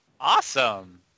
Awesome